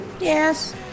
Yes